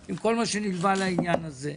עם כל מה שנלווה לעניין הזה.